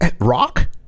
Rock